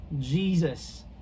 jesus